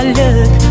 look